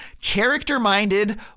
character-minded